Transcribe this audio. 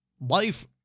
life